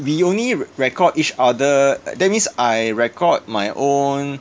we only record each other that means I record my own